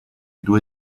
due